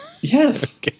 yes